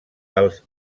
els